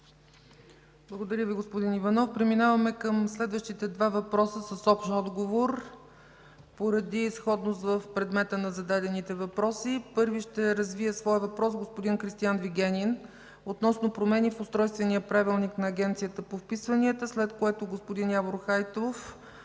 Благодаря Ви, господин Иванов. Преминаваме към следващите два въпроса с общ отговор, поради сходност в предмета на зададените въпроси. Първи ще развие своя въпрос господин Кристиан Вигенин относно промени в Устройствения правилник на Агенция по вписванията, след което господин Явор Хайтов